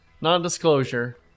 non-disclosure